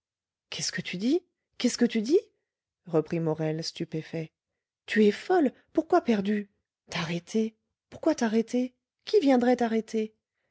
qu'est-ce que tu dis qu'est-ce que tu dis reprit morel stupéfait tu es folle pourquoi perdue t'arrêter pourquoi t'arrêter qui viendrait t'arrêter